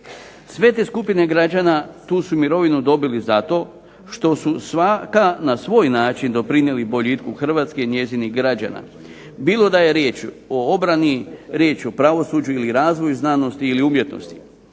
Sve te skupine građana tu su mirovinu dobili zato što su svaka na svoj način doprinijeli boljitku Hrvatske i njezinih građana, bilo da je riječ o obrani, riječ o pravosuđu ili razvoju znanosti ili umjetnosti.